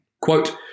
Quote